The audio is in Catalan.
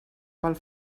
pel